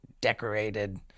decorated